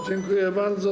Dziękuję bardzo.